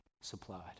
supplied